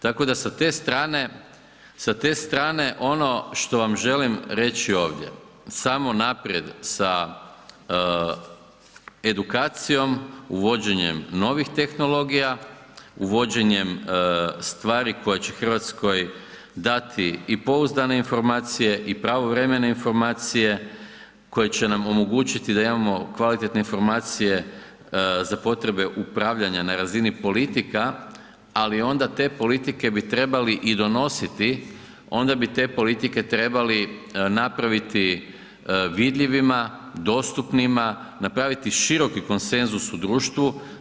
Tako da sa te strane, sa te strane ono što vam želi reći ovdje, samo naprijed sa edukacijom, uvođenjem novih tehnologija, uvođenjem stvari koje će Hrvatskoj dati i pouzdane informacije i pravovremene informacije koje će nam omogućiti da imamo kvalitetne informacije za potrebe upravljanja na razini politika, ali onda te politike bi trebali i donositi, onda bi te politike trebali napraviti vidljivima, dostupnima, napraviti široki konsenzus u društvu.